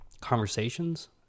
conversations